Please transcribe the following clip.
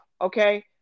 Okay